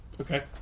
Okay